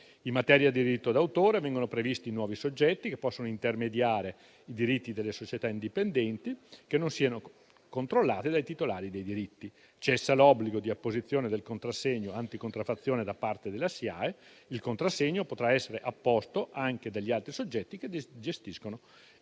In materia di diritto d'autore vengono previsti nuovi soggetti che possono intermediare i diritti delle società indipendenti che non siano controllate dai titolari dei diritti. Cessa l'obbligo di apposizione del contrassegno anticontraffazione da parte della SIAE; il contrassegno potrà essere apposto anche dagli altri soggetti che gestiscono i diritti